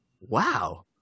wow